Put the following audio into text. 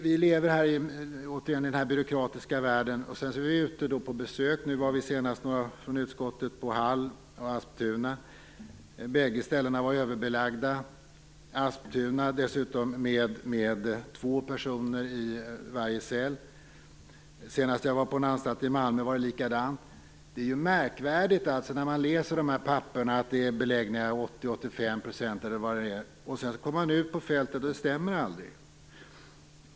Vi lever återigen i den byråkratiska världen. Men vi är också ute på besök. Nu senast var några från utskottet på besök på Asptuna hade dessutom två personer i varje cell. När jag senast besökte en anstalt i Malmö var det likadant. Det är märkligt att det är 80-85 % beläggning enligt papperena, men när man kommer ut på fältet stämmer det aldrig.